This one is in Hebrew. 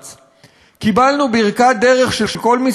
קיבלנו ברכת דרך של כל משרדי הממשלה,